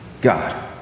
God